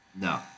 No